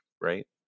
right